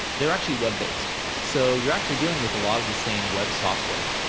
they're actually web based, so you're actually dealing with a lot of the same web software,